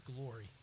glory